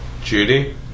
Judy